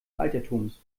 altertums